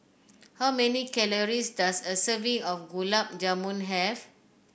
how many calories does a serving of Gulab Jamun have